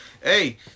Hey